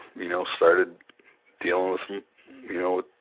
you know, started dealing with you know,